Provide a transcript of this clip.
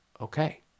okay